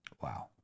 Wow